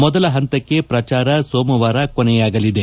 ಮೊದಲ ಪಂತಕ್ಷೆ ಪ್ರಚಾರ ಸೋಮವಾರ ಕೊನೆಯಾಗಲಿದೆ